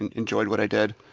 and enjoyed what i did.